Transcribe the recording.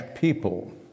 people